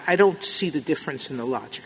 i don't see the difference in the lo